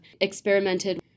experimented